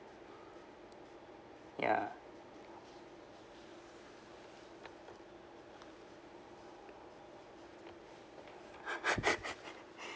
ya